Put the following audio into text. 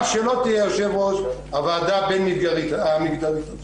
כשלא תהיה יושב-ראש הוועדה הבין-מגדרית.